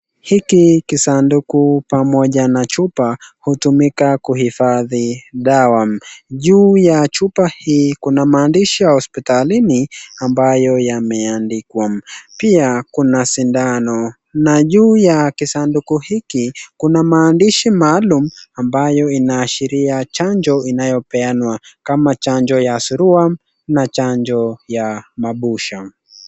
Hiki kisanduku pamoja na chupa hutumika kuhifadhi dawa. Juu ya chupa hii kuna maandishi ya hospitalini ambayo yameandikwa. Pia kuna sindano na juu ya kisanduku hiki, kuna maandishi ambayo inaashiria chanjo inayopeanwa kama chanjo ya siroum na chanjo ya mabusha.